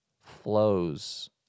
flows